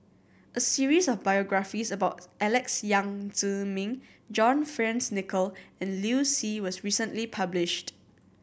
a series of biographies about Alex Yam Ziming John Fearns Nicoll and Liu Si was recently published